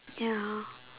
ya